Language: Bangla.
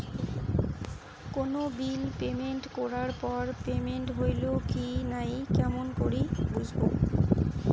কোনো বিল পেমেন্ট করার পর পেমেন্ট হইল কি নাই কেমন করি বুঝবো?